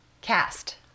cast